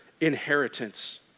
inheritance